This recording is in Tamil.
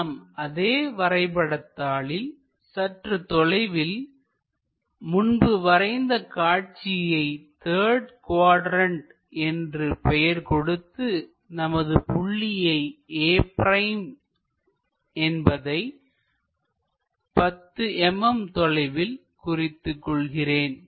நாம் அதே வரைபடத்தாளில் சற்று தொலைவில் முன்பு வரைந்த காட்சியை த்தர்டு குவாட்ரண்ட் என்று பெயர் கொடுத்து நமது புள்ளியை a' என்பதை 10 mm தொலைவில் குறித்துக் கொள்கிறேன்